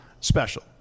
special